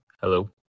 Hello